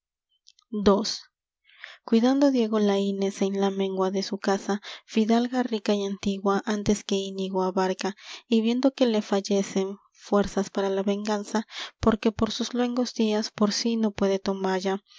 ii cuidando diego laínez en la mengua de su casa fidalga rica y antigua antes que íñigo abarca y viendo que le fallescen fuerzas para la venganza porque por sus luengos días por sí no puede tomalla